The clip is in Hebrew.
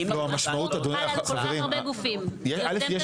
א' יש